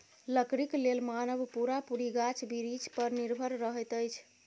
लकड़ीक लेल मानव पूरा पूरी गाछ बिरिछ पर निर्भर रहैत अछि